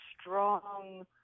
strong